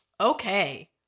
Okay